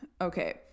okay